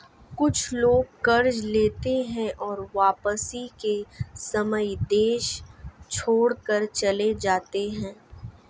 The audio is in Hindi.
कुछ लोग कर्ज लेते हैं और वापसी के समय देश छोड़कर चले जाते हैं